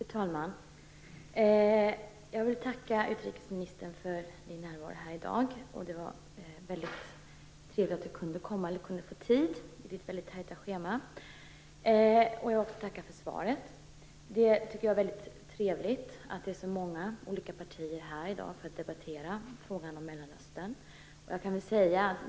Fru talman! Jag vill tacka utrikesministern för hennes närvaro här i dag. Det var väldigt trevligt att hon kunde få tid att komma med sitt väldigt tajta schema. Jag vill också tacka för svaret. Jag tycker att det är väldigt trevligt att det är så många olika partier här i dag för att debattera frågan om Mellanöstern.